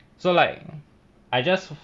so like I just